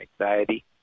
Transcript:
anxiety